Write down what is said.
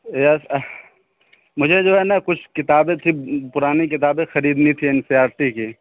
یس مجھے جو ہے نا کچھ کتابیں تھی پرانی کتابیں خریدنی تھی این سی آر ٹی کی